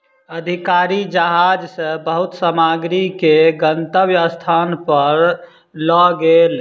अधिकारी जहाज सॅ बहुत सामग्री के गंतव्य स्थान पर लअ गेल